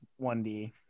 1D